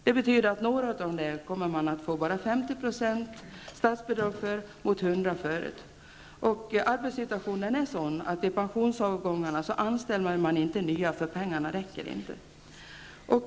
Det betyder att man för några kommer att få bara Arbetssituationen är sådan att man vid pensionsavgångar inte anställer nya, eftersom pengarna inte räcker till detta.